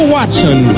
Watson